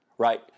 Right